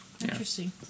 interesting